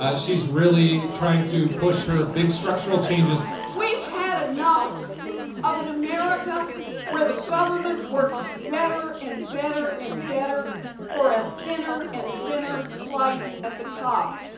ah she's really trying to push her big structural changes we've had enough of an america where the government works better and better and better for a thinner and thinner slice at the top.